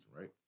right